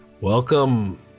Welcome